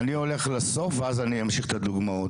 אני הולך לסוף ואז אני אמשיך את הדוגמאות.